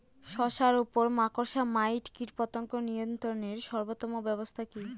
শশার উপর মাকড়সা মাইট কীটপতঙ্গ নিয়ন্ত্রণের সর্বোত্তম ব্যবস্থা কি?